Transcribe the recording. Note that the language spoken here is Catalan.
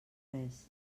res